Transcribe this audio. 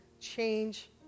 change